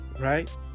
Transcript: Right